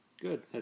Good